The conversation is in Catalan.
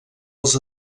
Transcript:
els